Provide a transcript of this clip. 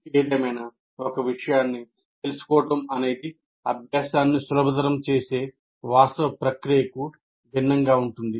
ఏదేమైనా ఒక విషయాన్ని తెలుసుకోవడం అనేది అభ్యాసాన్ని సులభతరం చేసే వాస్తవ ప్రక్రియకు భిన్నంగా ఉంటుంది